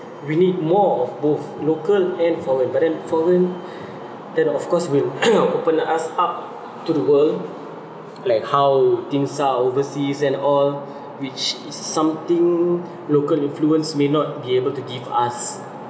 we need more of both local and foreign but then foreign that of course will open us up to the world like how things are overseas and all which is something local influence may not be able to give us